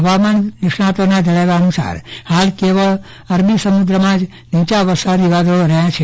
હવામાન નિષ્ણાંતોના જણાવ્યા અનુસાર હાલ કેવળ અરબી સમુદ્રમાં જ નીચાં વરસાદી વાદળો રહ્યા છે